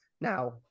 now